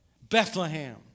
Bethlehem